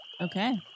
okay